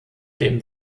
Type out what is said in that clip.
dem